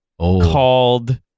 called